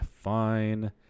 Fine